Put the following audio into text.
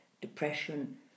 depression